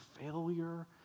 failure